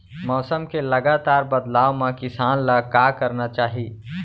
मौसम के लगातार बदलाव मा किसान ला का करना चाही?